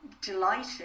delighted